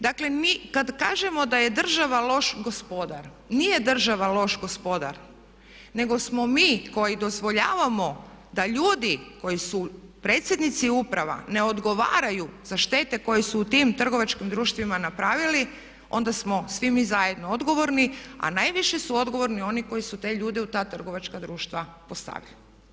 Dakle mi kad kažemo da je država loš gospodar, nije država loš gospodar nego smo mi koji dozvoljavamo da ljudi koji su predsjednici uprava ne odgovaraju za štete koje su u tim trgovačkim društvima napravili onda smo svi mi zajedno odgovorni a najviše su odgovorni oni koji su te ljude u ta trgovačka društva postavili.